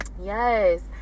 yes